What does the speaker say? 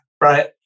right